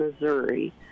Missouri